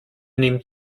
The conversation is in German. nehmt